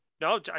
No